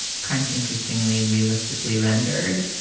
kind of interestingly realistically rendered.